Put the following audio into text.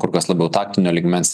kur kas labiau taktinio lygmens